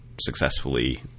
successfully